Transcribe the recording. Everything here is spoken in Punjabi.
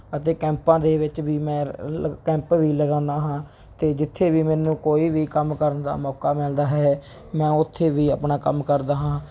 ਅਤੇ ਕੈਂਪਾਂ ਦੇ ਵਿੱਚ ਵੀ ਮੈਂ ਕੈਂਪ ਵੀ ਲਗਾਉਂਦਾ ਹਾਂ ਅਤੇ ਜਿੱਥੇ ਵੀ ਮੈਨੂੰ ਕੋਈ ਵੀ ਕੰਮ ਕਰਨ ਦਾ ਮੌਕਾ ਮਿਲਦਾ ਹੈ ਮੈ ਉੱਥੇ ਵੀ ਆਪਣਾ ਕੰਮ ਕਰਦਾ ਹਾਂ